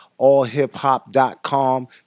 AllHipHop.com